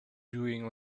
doing